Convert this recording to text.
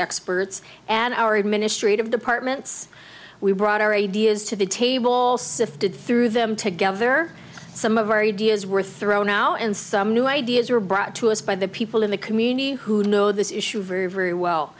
experts and our administrative departments we brought our ideas to the table sifted through them together some a very dia's were thrown out and some new ideas were brought to us by the people in the community who know this issue very very well